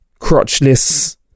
crotchless